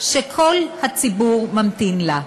שכל הציבור ממתין לה.